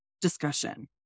discussion